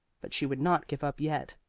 but she would not give up yet.